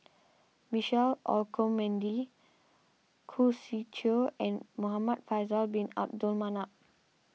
Michelle Olcomendy Khoo Swee Chiow and Muhamad Faisal Bin Abdul Manap